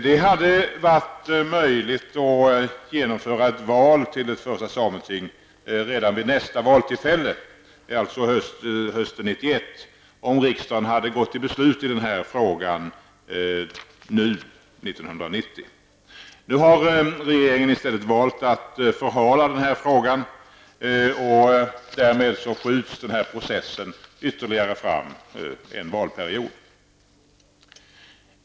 Det hade varit möjligt att genomföra ett val till ett första sameting redan vid nästa valtillfälle, alltså hösten 1991, om riksdagen hade gått till beslut i den här frågan nu, 1990. Regeringen har i stället valt att förhala denna fråga. Därmed skjuts den här processen fram ytterligare en valperiod.